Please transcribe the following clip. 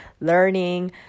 learning